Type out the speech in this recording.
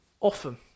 Often